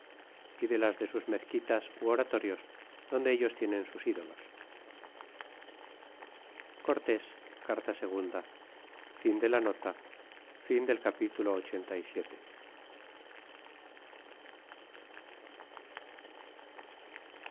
y de las de sus mezquitas ti oratorios donde ellos tienen sus ídolos cortés carta